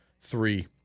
three